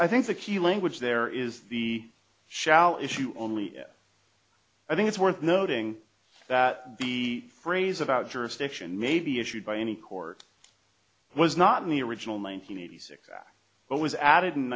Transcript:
i think the key language there is the shall issue only i think it's worth noting that the phrase about jurisdiction may be issued by any court was not in the original nine hundred eighty six act but was added in